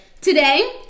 Today